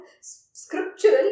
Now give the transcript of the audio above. scriptural